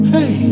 Hey